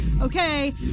okay